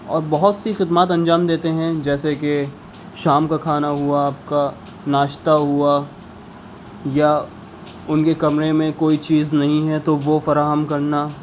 اور بہت سی خدمات انجام دیتے ہیں جیسے کہ شام کا کھانا ہوا آپ کا ناشتہ ہوا یا ان کے کمرے میں کوئی چیز نہیں ہے تو وہ فراہم کرنا